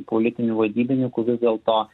politinių vadybinikų vis dėlto